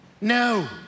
No